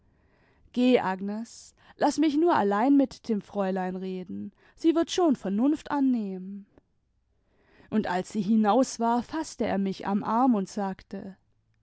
agnes laß mich nur allein mit dem fräulein reden sie wird schon vernunft annehmen und als sie hinaus war faßte er mich am arm und sagte